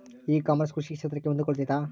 E commerce ಕೃಷಿ ಕ್ಷೇತ್ರಕ್ಕೆ ಹೊಂದಿಕೊಳ್ತೈತಾ?